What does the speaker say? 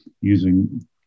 using